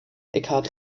eckhart